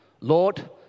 Lord